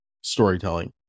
storytelling